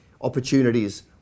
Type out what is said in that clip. opportunities